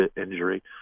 injury